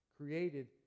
created